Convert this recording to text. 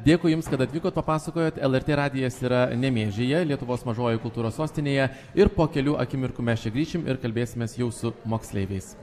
dėkui jums kad atvykot papasakojot lrt radijas yra nemėžyje lietuvos mažojoj kultūros sostinėje ir po kelių akimirkų mes čia grįšim ir kalbėsimės jau su moksleiviais